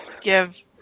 give